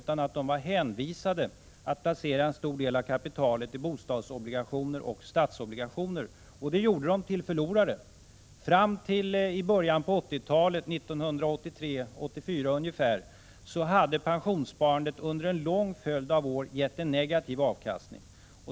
Bolagen var hänvisade till att placera en stor del av kapitalet i bostadsobligationer och statsobligationer, Prot. 1986/87:21 och detta gjorde pensionsspararna till förlorare. 7 november 1986 Fram till i början av 1980-talet, 1983 och 1984, hade pensionssparandet. Ajo cg under en lång följd av år gett en negativ avkastning.